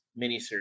miniseries